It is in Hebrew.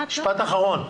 משפט אחרון.